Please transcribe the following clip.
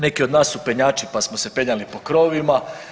Neki od nas su penjači, pa smo se penjali po krovovima.